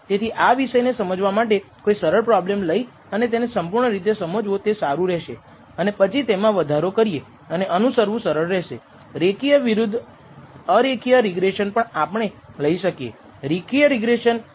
તેથી તે જ રીતે લિસ્ટ સ્કવેર પદ્ધતિમાં જો આપણી પાસે એક ખરાબ ડેટા પોઇન્ટ છે તો તે ગુણાંકનો ખૂબ નબળો અંદાજ લાવી શકે છે